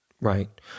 right